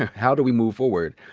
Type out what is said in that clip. how do we move forward?